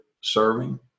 serving